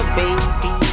baby